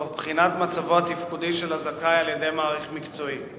תוך בחינת מצבו התפקודי של הזכאי על-ידי מעריך מקצועי.